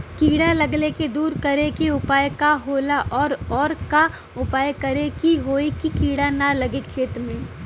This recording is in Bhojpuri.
कीड़ा लगले के दूर करे के उपाय का होला और और का उपाय करें कि होयी की कीड़ा न लगे खेत मे?